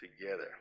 together